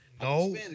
No